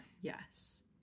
yes